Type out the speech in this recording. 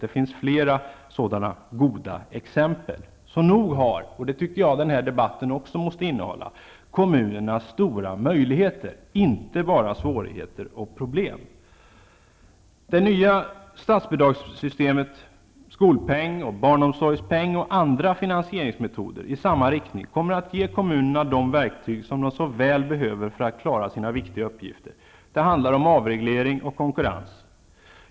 Det finns flera sådana goda exempel. Så nog har, och det tycker jag att också denna debatt måste visa, kommunerna stora möjligheter -- inte bara svårigheter och problem. Det nya statsbidragssystemet, skolpeng, barnomsorgspeng och andra finansieringsmetoder i samma riktning kommer att ge kommunerna de verktyg som de så väl behöver för att klara sina viktiga uppgifter. Det handlar om avreglering och konkurrens.